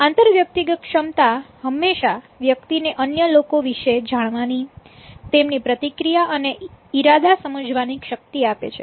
આંતરવ્યક્તિગત ક્ષમતા હંમેશા વ્યક્તિ ને અન્ય લોકો વિશે જાણવાની તેમની પ્રતિક્રિયા અને ઈરાદા સમજવાની શક્તિ આપે છે